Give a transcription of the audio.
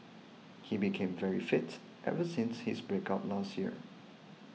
he became very fit ever since his break up last year